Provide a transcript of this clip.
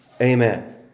Amen